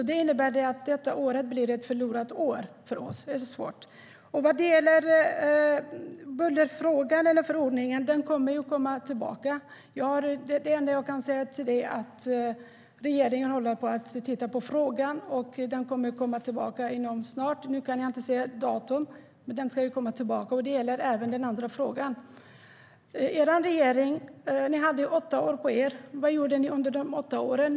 Det här året blir ett förlorat år för oss. STYLEREF Kantrubrik \* MERGEFORMAT BostadspolitikNi och er regering hade åtta år på er. Vad gjorde ni under de åtta åren?